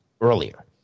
earlier